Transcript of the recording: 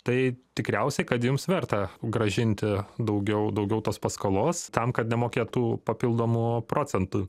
tai tikriausiai kad jums verta grąžinti daugiau daugiau tos paskolos tam kad nemokėt tų papildomų procentų